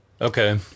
Okay